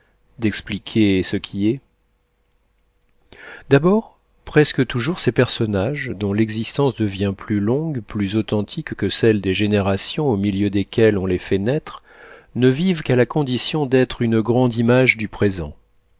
d'expliquer ce qui est d'abord presque toujours ces personnages dont l'existence devient plus longue plus authentique que celle des générations au milieu desquelles on les fait naître ne vivent qu'à la condition d'être une grande image du présent